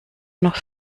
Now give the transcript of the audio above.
noch